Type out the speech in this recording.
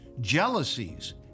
jealousies